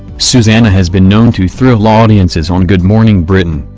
susanna has been known to thrill audiences on good morning britain,